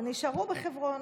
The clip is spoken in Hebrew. והם נשארו בחברון.